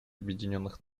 объединенных